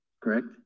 correct